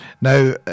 Now